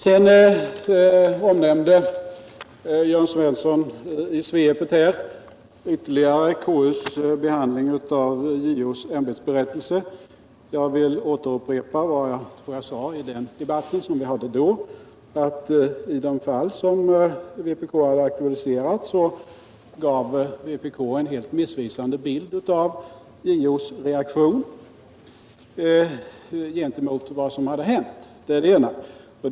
Sedan omnämnde Jörn Svensson ytterligare i svepet KU:s behandling av JO:s ämbetsberättelse. Jag vill upprepa vad jag sade i den debatt vi hade då, nämligen att i de av vpk aktualiserade fallen gav vpk en helt missvisande bild av JO:s reaktion på vad som hade hänt. Det var det ena.